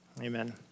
amen